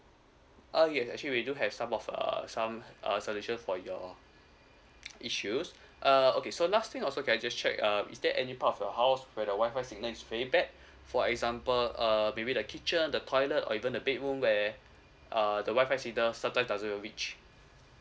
oh ya actually we do have some of err some uh solution for your issues uh okay so last thing also can I just check um is there any part of your house where the wifi signal is very bad for example uh maybe the kitchen the toilet or even the bedroom where uh the wifi signal certain doesn't reach